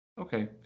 Okay